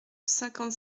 cinquante